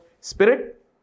spirit